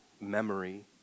memory